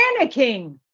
panicking